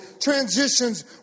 transitions